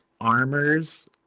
armors